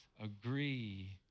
agree